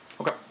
Okay